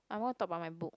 I want talk about my book